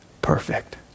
Perfect